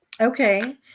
Okay